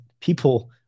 people